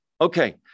Okay